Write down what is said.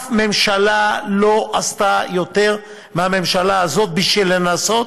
שום ממשלה לא עשתה יותר מהממשלה הזאת בשביל לנסות